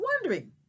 wondering